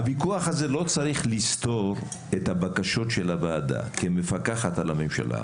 הוויכוח הזה לא צריך לסתור את הבקשות של הוועדה כמפקחת של הממשלה,